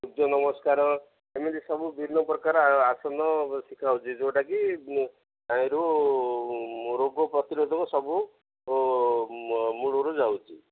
ସୂର୍ଯ୍ୟ ନମସ୍କାର ଏମିତି ସବୁ ବିଭିନ୍ନ ପ୍ରକାର ଆସନ ଶିଖାଯାଉଛି ଯେଉଁଟାକି ଏରୁ ରୋଗ ପ୍ରତିରୋଧକ ସବୁ ମୂଳରୁ ଯାଉଛି